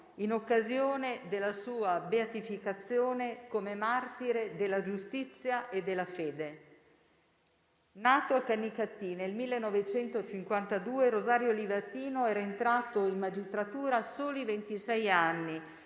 in occasione della sua beatificazione come martire della giustizia e della fede. Nato a Canicattì nel 1952, Rosario Livatino era entrato in magistratura a soli ventisei